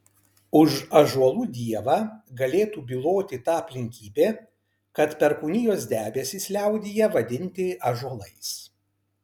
už ąžuolų dievą galėtų byloti ta aplinkybė kad perkūnijos debesys liaudyje vadinti ąžuolais